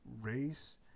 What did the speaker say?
race